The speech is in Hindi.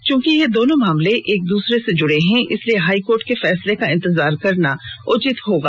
चूंकि ये दोनो मामले एक दूसरे से जुड़े हैं इसलिए हाईकोर्ट के फैसले का इंतजार करना उचित होगा